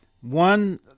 one